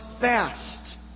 fast